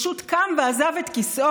פשוט קם ועזב את כיסאו,